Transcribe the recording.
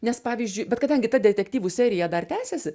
nes pavyzdžiui bet kadangi ta detektyvų serija dar tęsiasi